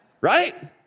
right